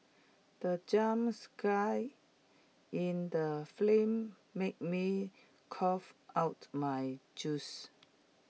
the jump scare in the film made me cough out my juice